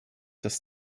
das